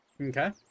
Okay